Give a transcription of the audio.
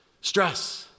stress